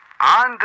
on